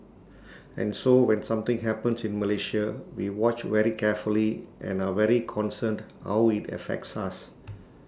and so when something happens in Malaysia we watch very carefully and are very concerned how IT affects us